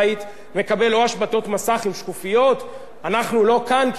אנחנו לא כאן כי הממשלה נגדנו, או מקבל סטריפים: